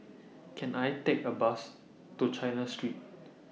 Can I Take A Bus to China Street